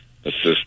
Assist